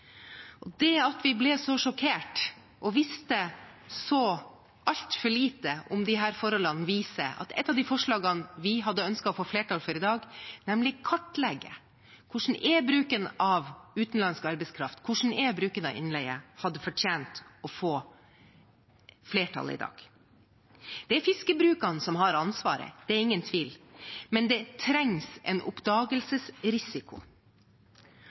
Det at vi ble så sjokkert og visste så altfor lite om disse forholdene, viser at et av de forslagene vi hadde ønsket å få flertall for i dag – nemlig å kartlegge bruken av utenlandsk arbeidskraft, bruken av innleie – hadde fortjent å få flertall. Det er fiskebrukene som har ansvaret, det er ingen tvil, men det trengs en oppdagelsesrisiko.